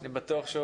אז רק אני אגיד שוב.